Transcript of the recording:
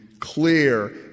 clear